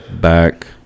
back